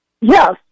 Yes